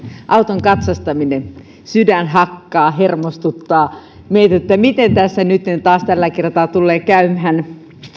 auton katsastaminen sydän hakkaa hermostuttaa mietit miten tässä nytten taas tällä kertaa tulee käymään